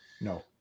No